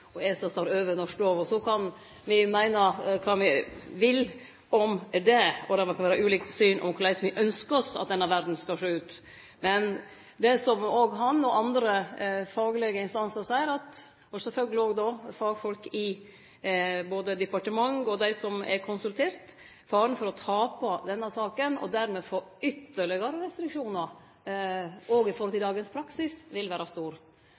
står over norsk lov. Så kan me meine kva me vil om det, og det kan vere ulike syn på korleis me ynskjer at denne verda skal sjå ut. Men det som òg han og andre faglege instansar seier, og sjølvsagt òg fagfolk både i departement og dei som er konsultert, er at faren for å tape denne saka, og dermed få ytterlegare restriksjonar òg i forhold til dagens praksis, vil vere stor.